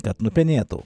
kad nupenėtų